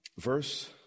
verse